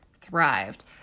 thrived